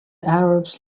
arabs